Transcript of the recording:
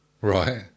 right